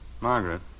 Margaret